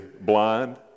blind